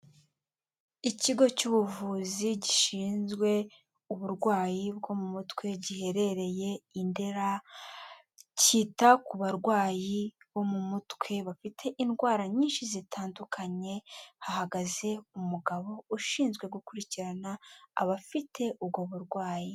Ikigo cy'ubuvuzi gishinzwe uburwayi bwo mu mutwe giherereye i Ndera, kita ku barwayi bo mu mutwe bafite indwara nyinshi zitandukanye, hahagaze umugabo ushinzwe gukurikirana abafite ubwo burwayi.